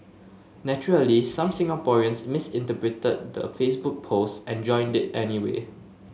naturally some Singaporeans misinterpreted the Facebook post and joined it anyway